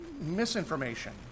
misinformation